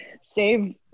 save